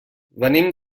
venim